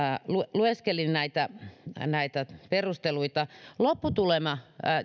lueskelin näitä näitä perusteluita lopputulema